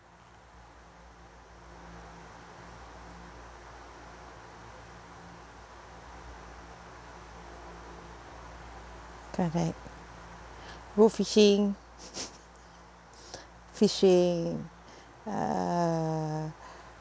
correct go fishing fishing uh